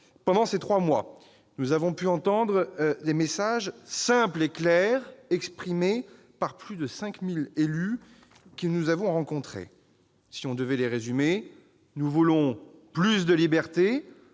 Pendant ces trois mois, nous avons pu entendre des messages simples et clairs exprimés par plus de 5 000 élus que nous avons rencontrés. On pourrait les résumer ainsi :« Nous voulons plus de liberté,